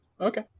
Okay